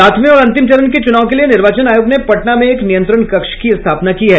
सातवें और अंतिम चरण के चूनाव के लिए निर्वाचन आयोग ने पटना में एक नियंत्रण कक्ष की स्थापना की है